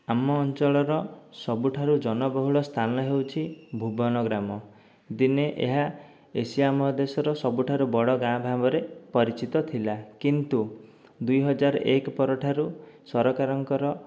ଆମ ଅଞ୍ଚଳର ସବୁଠାରୁ ଜନବହୁଳ ସ୍ଥାନ ହେଉଛି ଭୁବନ ଗ୍ରାମ ଦିନେ ଏହା ଏସିଆ ମହାଦେଶର ସବୁଠାରୁ ବଡ଼ ଗାଁ ଭାବରେ ପରିଚିତ ଥିଲା କିନ୍ତୁ ଦୁଇ ହଜାର ଏକ ପରଠାରୁ ସରକାରଙ୍କର